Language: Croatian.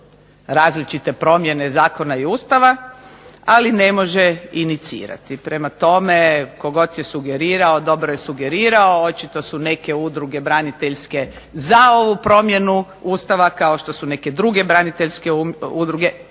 različite promjene zakona i Ustava, ali ne može inicirati, prema tome tko god je sugerirao dobro je sugerirao, očito su neke udruge braniteljske za ovu promjenu Ustava, kao što su neke druge braniteljske udruge